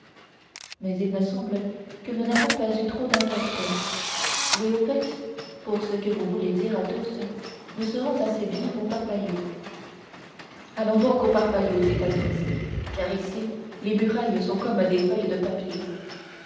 mais il me semble que nous n'avons pas eu trop d'importuns oui au fait pour ce que vous voulez dire athos nous serons assez bien au parpaillot allons donc au parpaillot dit athos car ici les murailles sont comme des feuilles de papier